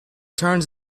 turns